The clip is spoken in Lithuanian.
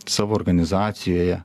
savo organizacijoje